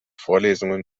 vorlesungen